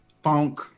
funk